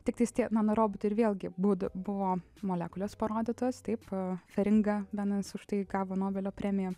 tiktai tie nanorobotai ir vėlgi būda buvo molekulės parodytos taip feringa benas už tai gavo nobelio premiją